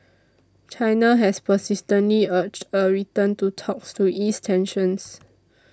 China has persistently urged a return to talks to ease tensions